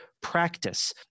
Practice